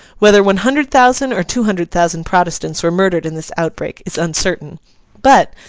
whether one hundred thousand or two hundred thousand protestants were murdered in this outbreak, is uncertain but,